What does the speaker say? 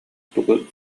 тугу